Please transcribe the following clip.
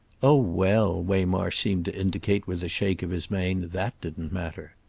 oh well, waymarsh seemed to indicate with a shake of his mane, that didn't matter!